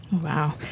Wow